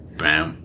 bam